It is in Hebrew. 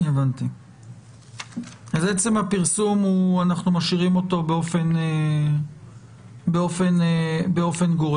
עצם הפרסום, אנחנו משאירים אותו באופן גורף.